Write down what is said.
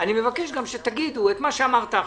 אני מבקש גם שתגידו את מה שאמרת עכשיו,